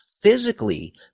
physically